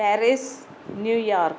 Paris New York